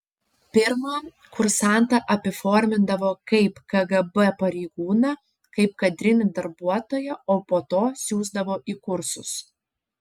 pirma kursantą apiformindavo kaip kgb pareigūną kaip kadrinį darbuotoją o po to siųsdavo į kursus